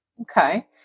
Okay